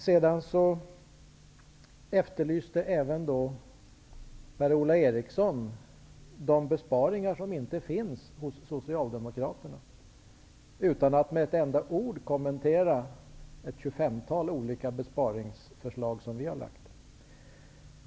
Även Per-Ola Eriksson efterlyste de besparingsförslag som inte finns från Socialdemokraternas sida, utan att med ett enda ord kommentera det tjugofemtal besparingsförslag som vi har lagt fram.